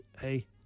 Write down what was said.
hey